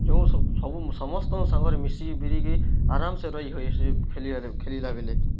ଯୋଉଁ ସବୁ ସବୁ ସମସ୍ତଙ୍କ ସାଙ୍ଗରେ ମିଶି ବିରିକି ଆରାମ୍ସେ ରହି ହେଇସି ଖେଳିବାରେ ଖେଲି ଖେଲିଲା ବେଲେ